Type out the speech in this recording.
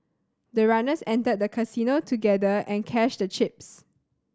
the runners entered the casino together and cashed the chips